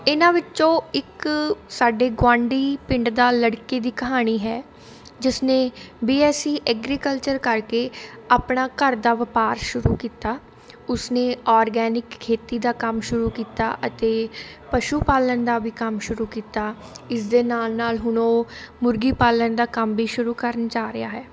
ਇਹਨਾਂ ਵਿੱਚੋਂ ਇੱਕ ਸਾਡੇ ਗੁਆਂਢੀ ਪਿੰਡ ਦਾ ਲੜਕੇ ਦੀ ਕਹਾਣੀ ਹੈ ਜਿਸਨੇ ਬੀਐੱਸਸੀ ਐਗਰੀਕਲਚਰ ਕਰਕੇ ਆਪਣਾ ਘਰ ਦਾ ਵਪਾਰ ਸ਼ੁਰੂ ਕੀਤਾ ਉਸਨੇ ਔਰਗੈਨਿਕ ਖੇਤੀ ਦਾ ਕੰਮ ਸ਼ੁਰੂ ਕੀਤਾ ਅਤੇ ਪਸ਼ੂ ਪਾਲਣ ਦਾ ਵੀ ਕੰਮ ਸ਼ੁਰੂ ਕੀਤਾ ਇਸਦੇ ਨਾਲ ਨਾਲ ਹੁਣ ਉਹ ਮੁਰਗੀ ਪਾਲਣ ਦਾ ਕੰਮ ਵੀ ਸ਼ੁਰੂ ਕਰਨ ਜਾ ਰਿਹਾ ਹੈ